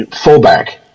fullback